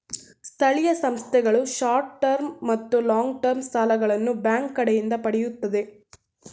ಸ್ಥಳೀಯ ಸಂಸ್ಥೆಗಳು short term ಮತ್ತು ಲಾಂಗ್ ಟರ್ಮ್ ಸಾಲಗಳನ್ನು ಬ್ಯಾಂಕ್ ಕಡೆಯಿಂದ ಪಡೆಯುತ್ತದೆ